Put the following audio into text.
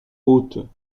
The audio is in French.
hautes